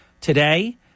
Today